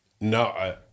No